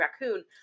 raccoon